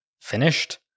finished